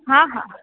હા હા